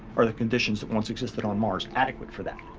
are the conditions that once existed on mars adequate for that?